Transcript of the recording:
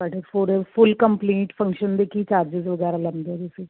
ਸਾਡੇ ਪੂਰੇ full complete function ਦੇ ਕੀ ਚਾਰਜਿਸ ਵਗੈਰਾ ਲੈਂਦੇ ਤੁਸੀਂ